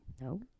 No